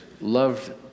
Loved